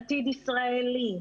"עתיד ישראלי",